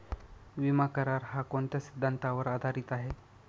विमा करार, हा कोणत्या सिद्धांतावर आधारीत आहे?